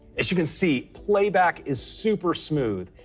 as you can see, playback is super smooth.